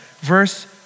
Verse